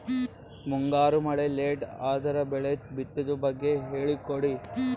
ಮುಂಗಾರು ಮಳೆ ಲೇಟ್ ಅದರ ಬೆಳೆ ಬಿತದು ಬಗ್ಗೆ ಹೇಳಿ ಕೊಡಿ?